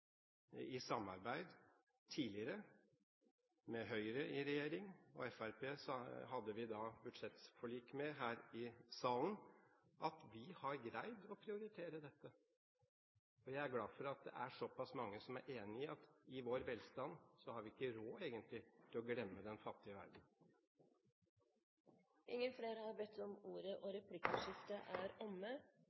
i samarbeid tidligere med Høyre i regjering og Fremskrittspartiet, som vi hadde budsjettforlik med her i salen, at vi har greid å prioritere dette. Jeg er glad for at det er såpass mange som er enig i at i vår velstand har vi egentlig ikke råd til å glemme den fattige verden. Replikkordskiftet er omme.